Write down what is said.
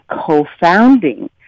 co-founding